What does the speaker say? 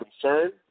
concern